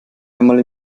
einmal